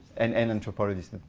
and anthropologists.